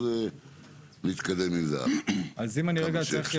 אז נתקדם עם זה הלאה כמה שאפשר.